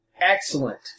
Excellent